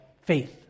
faith